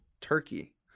Turkey